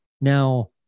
now